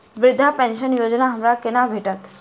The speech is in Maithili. वृद्धा पेंशन योजना हमरा केना भेटत?